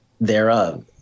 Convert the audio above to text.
thereof